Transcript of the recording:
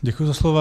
Děkuji za slovo.